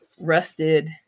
rusted